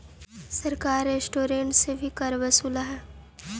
सरकार रेस्टोरेंट्स से भी कर वसूलऽ हई